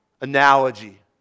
analogy